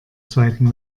zweiten